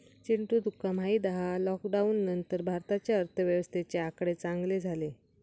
चिंटू तुका माहित हा लॉकडाउन नंतर भारताच्या अर्थव्यवस्थेचे आकडे चांगले झाले